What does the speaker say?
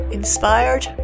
inspired